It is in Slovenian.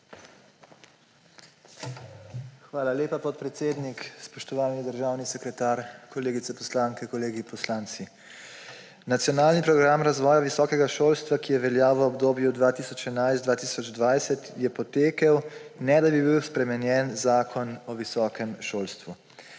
Hvala lepa, podpredsednik. Spoštovani državni sekretar, kolegice poslanke, kolegi poslanci! Nacionalni program razvoja visokega šolstva, ki je veljal v obdobju 2011−2020, je potekel, ne da bi bil spremenjen Zakon o visokem šolstvu.